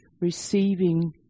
receiving